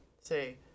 say